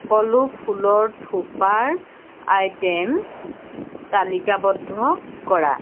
সকলো ফুলৰ থোপাৰ আইটে'ম তালিকাবদ্ধ কৰা